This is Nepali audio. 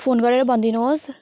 फोन गरेर भनिदिनु होस्